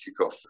kickoff